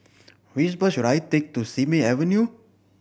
which bus should I take to Simei Avenue